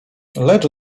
lecz